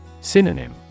Synonym